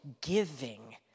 giving